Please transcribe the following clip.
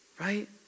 Right